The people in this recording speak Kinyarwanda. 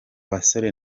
basore